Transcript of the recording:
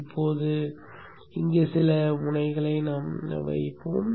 இப்போது இங்கே சில முனைகளை வைப்போம்